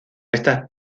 estas